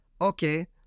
Okay